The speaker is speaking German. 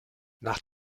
nach